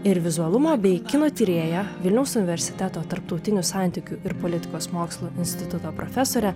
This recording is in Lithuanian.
ir vizualumo bei kino tyrėja vilniaus universiteto tarptautinių santykių ir politikos mokslų instituto profesore